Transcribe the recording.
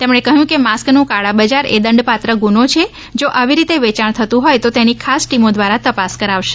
તેમણે કહ્યું કે માસ્કનું કાળાબજાર એ દંડપાત્ર ગુનો છે જો આવી રીતે વેયાણ થતું હોય તો તેની ખાસ ટીમો દ્વારા તપાસ કરાવશે